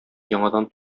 яңадан